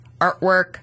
artwork